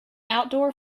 outdoor